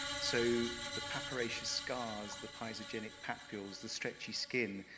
so, the papyraceous scars, the paizogenic papules, the stretchy skin,